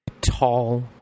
tall